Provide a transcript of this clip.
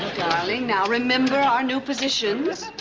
darling, now, remember our new positions.